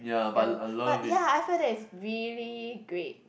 yea but yea I feel that is really great